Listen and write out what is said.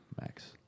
Max